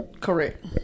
Correct